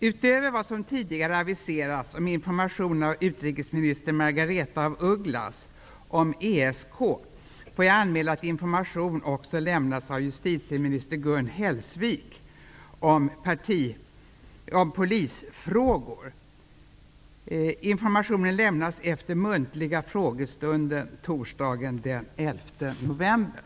Utöver vad som tidigare aviserats om information av utrikesminister Margaretha af Ugglas om ESK får jag anmäla att information också lämnas av justitieminister Gun Hellsvik om polisfrågor. Informationerna lämnas efter muntliga frågestunden torsdagen den 11 november.